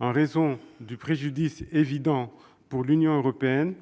En raison du préjudice évident pour l'Union européenne,